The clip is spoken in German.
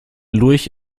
lurch